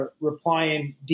replying